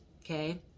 Okay